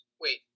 Wait